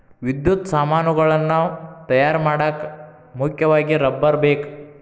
ವಿದ್ಯುತ್ ಸಾಮಾನುಗಳನ್ನ ತಯಾರ ಮಾಡಾಕ ಮುಖ್ಯವಾಗಿ ರಬ್ಬರ ಬೇಕ